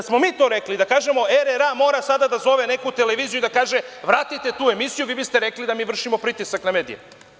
Da smo mi to rekli i da kažemo – RRA mora sada da zove neku televiziju i da kaže – vratite tu emisiju, vi biste rekli da mi vršimo pritisak na medije.